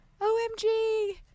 OMG